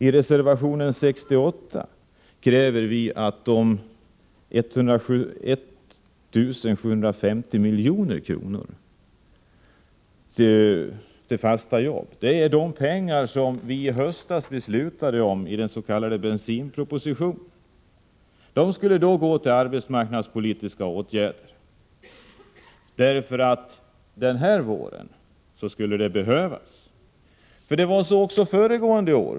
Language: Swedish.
I reservation 68 kräver vi 1 750 milj.kr. till fasta jobb. Det är de pengar som vi i höstas beslutade om efter dens.k. bensinpropositionen. De skulle gå till arbetsmarknadspolitiska åtgärder, för den här våren skulle det behövas. Men det var likadant även föregående år.